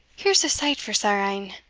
here's a sight for sair e'en!